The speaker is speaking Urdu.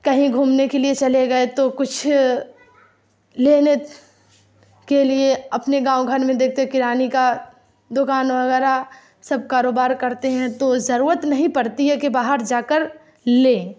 کہیں گھومنے کے لیے چلے گئے تو کچھ لینے کے لیے اپنے گاؤں گھر میں دیکھتے ہیں کرانے کا دوکان وغیرہ سب کاروبار کرتے ہیں تو ضرورت نہیں پڑتی کہ باہر جاکر لیں